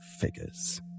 Figures